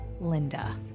Linda